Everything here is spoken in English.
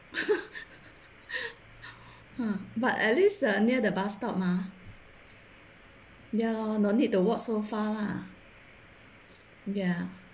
but at least ah near the bus stop mah ya lor no need to walk so far lah ya